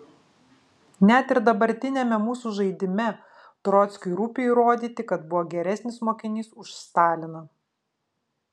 net ir dabartiniame mūsų žaidime trockiui rūpi įrodyti kad buvo geresnis mokinys už staliną